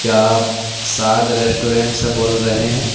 کیا آپ سعد ریسٹورینٹ سے بول رہے ہیں